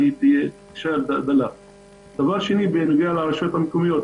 שנית, בנוגע לרשויות המקומיות